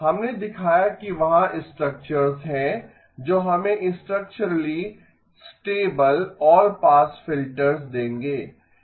हमने दिखाया कि वहाँ स्ट्रक्चर्स हैं जो हमें structurally stable all pass filters देंगें